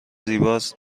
زیباست